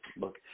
look